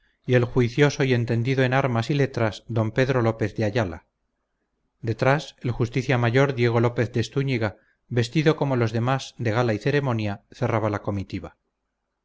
y el juicioso y entendido en armas y letras don pedro lópez de ayala detrás el justicia mayor diego lópez de stúñiga vestido como los demás de gala y ceremonia cerraba la comitiva